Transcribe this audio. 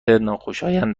ناخوشایند